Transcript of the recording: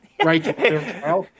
Right